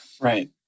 Right